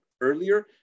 earlier